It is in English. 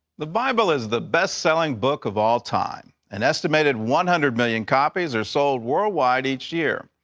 the bible is the bestselling book of all time. an estimated one hundred million copies are sold worldwide each year.